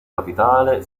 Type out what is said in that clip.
capitale